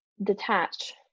detached